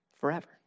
Forever